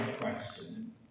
question